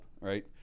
Right